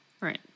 Right